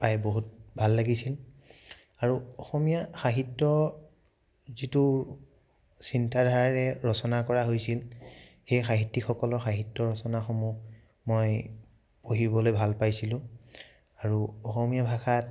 পাই বহুত ভাল লাগিছিল আৰু অসমীয়া সাহিত্য যিটো চিন্তা ধাৰাৰে ৰচনা কৰা হৈছিল সেই সাহিত্যিকসকলৰ সাহিত্য ৰচনাসমূহ মই পঢ়িবলৈ ভাল পাইছিলোঁ আৰু অসমীয়া ভাষাত